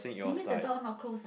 you mean the door not close